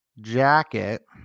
Jacket